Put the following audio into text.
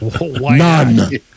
None